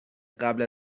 قبل